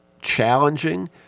challenging